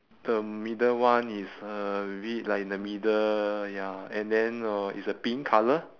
the middle one is uh like the middle ya lah and then oh it's a pink colour